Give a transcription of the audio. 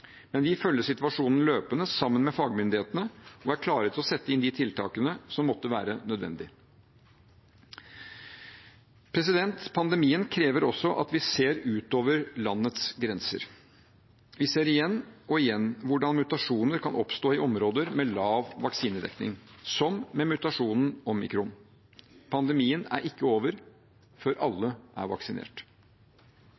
men vi følger situasjonen løpende sammen med fagmyndighetene og er klare til å sette inn de tiltakene som måtte være nødvendige. Pandemien krever også at vi ser utover landets grenser. Vi ser igjen og igjen hvordan mutasjoner kan oppstå i områder med lav vaksinedekning, som med mutasjonen omikron. Pandemien er ikke over før